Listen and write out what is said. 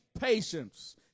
patience